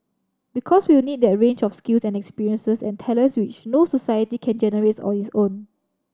because we'll need that range of skills and experiences and talents which no society can generate on its own